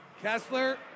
Kessler